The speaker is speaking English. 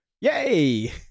yay